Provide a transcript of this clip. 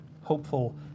hopeful